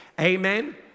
Amen